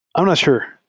i'm not sure.